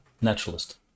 naturalist